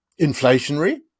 inflationary